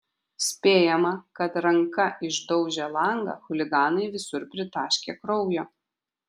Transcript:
spėjama kad ranka išdaužę langą chuliganai visur pritaškė kraujo